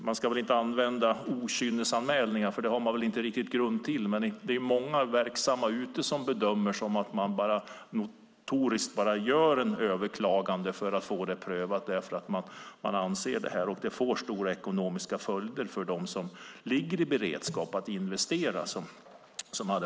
Man ska inte använda okynnesanmälningar, för det har man inte riktigt grund för. Men det är många verksamma som bedömer att det finns de som notoriskt överklagar för att få ett ärende prövat, och det får stora ekonomiska följder för dem som ligger i beredskap att investera.